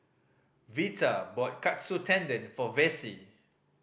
Vita bought Katsu Tendon for Vassie